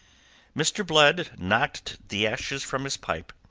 mr. blood knocked the ashes from his pipe,